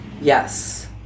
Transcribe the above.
Yes